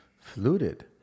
Fluted